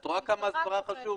את רואה כמה הסברה חשוב?